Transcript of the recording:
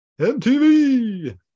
MTV